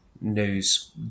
news